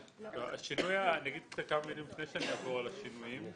אני אומר כמה מילים לפני שאני אעבור על השינויים.